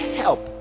help